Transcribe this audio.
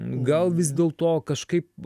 gal vis dėlto kažkaip